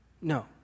No